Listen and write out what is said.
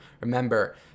Remember